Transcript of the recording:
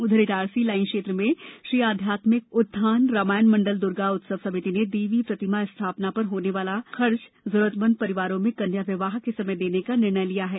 उधर इटारसी लाइन क्षेत्र में श्री आध्यात्मिक उत्थान रामायण मंडल द्र्गा उत्सव समिति ने देवी प्रतिमा स्थापना पर होने वाला खर्च को जरूरतमंद परिवारों में कन्या विवाह के समय देने का निर्णय लिया है